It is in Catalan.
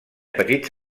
petits